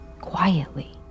quietly